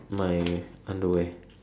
my underwear